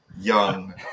young